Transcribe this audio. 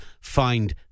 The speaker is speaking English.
find